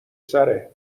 سره